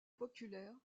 populaire